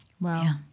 Wow